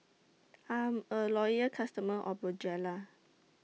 I'm A Loyal customer of Bonjela